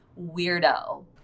weirdo